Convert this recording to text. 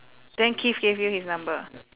then keith gave you his number